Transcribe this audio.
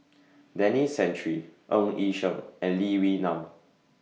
Denis Santry Ng Yi Sheng and Lee Wee Nam